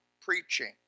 preaching